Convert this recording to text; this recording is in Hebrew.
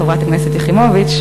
חברת הכנסת יחימוביץ,